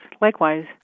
likewise